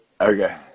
okay